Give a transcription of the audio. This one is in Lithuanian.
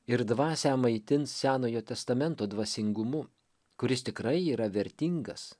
ir dvasią maitins senojo testamento dvasingumu kuris tikrai yra vertingas